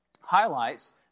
highlights